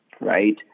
right